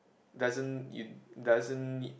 doesn't you doesn't need